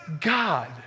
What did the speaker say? God